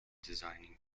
designing